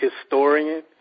historian